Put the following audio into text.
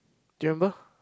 do you remember